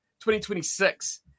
2026